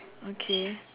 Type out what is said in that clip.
okay